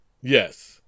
Yes